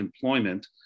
employment